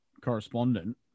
correspondent